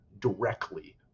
directly